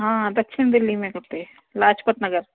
हा दक्षिण दिल्ली में खपे लाजपत नगर